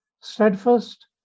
steadfast